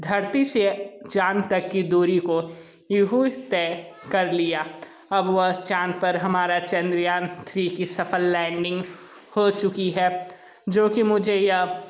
धरती से चाँद तक की दूरी को यूँ ही तय कर लिया अब वह चाँद पर हमारा चन्द्रयान थ्री की सफल लैंडिंग हो चुकी है जो कि मुझे यह